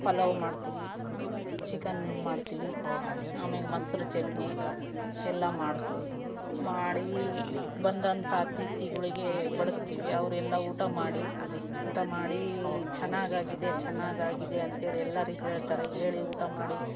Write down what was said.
ಪಲಾವ್ ಮಾಡ್ತೀವಿ ಚಿಕನ್ ಮಾಡ್ತೀವಿ ಆಮ್ಯಾಗೆ ಮೊಸರು ಚಟ್ನಿ ಎಲ್ಲ ಮಾಡ್ತೀವಿ ಮಾಡೀ ಬಂದಂಥ ಅತಿಥಿಗಳಿಗೇ ಬಡಿಸ್ತೀವಿ ಅವರು ಎಲ್ಲ ಊಟ ಮಾಡಿ ಊಟ ಮಾಡೀ ಚೆನ್ನಾಗ್ ಆಗಿದೆ ಚೆನ್ನಾಗ್ ಆಗಿದೆ ಅಂತೇಳಿ ಎಲ್ಲರಿಗೆ ಹೇಳ್ತಾರೆ ಹೇಳಿ ಊಟ ಮಾಡಿ